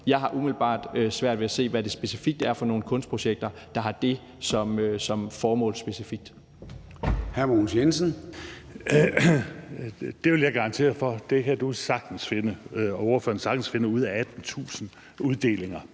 Jeg har umiddelbart svært ved at se, hvad det specifikt er for nogle kunstprojekter, der har det som formål.